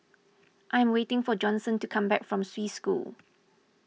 I am waiting for Johnson to come back from Swiss School